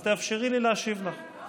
אז תאפשרי לי להשיב לך.